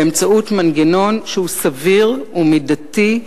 באמצעות מנגנון שהוא סביר, הוא מידתי,